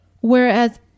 Whereas